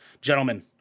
gentlemen